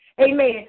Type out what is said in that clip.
amen